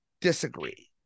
disagree